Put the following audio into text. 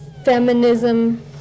feminism